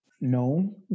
known